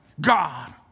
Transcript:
God